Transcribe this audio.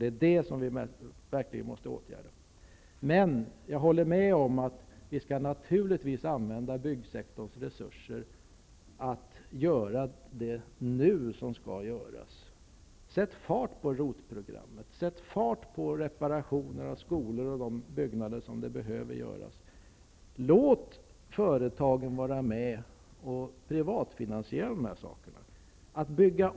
Det är någonting som verkligen måste åtgärdas. Jag håller med Hans Gustafsson om att vi naturligtvis skall använda byggsektorns resurser till att göra det som skall göras nu. Sätt fart på ROT-programmet, och sätt fart på reparationer av skolor och annat. Låt företagen vara med och privatfinansiera detta.